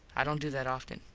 i dont do that offen.